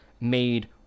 made